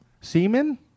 Semen